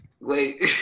Wait